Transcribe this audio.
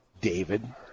David